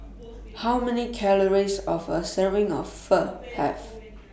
How Many Calories of A Serving of Pho Have